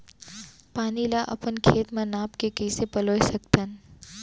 पानी ला अपन खेत म नाप के कइसे पलोय सकथन?